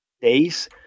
days